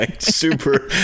super